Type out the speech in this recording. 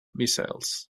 missiles